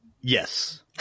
yes